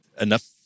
enough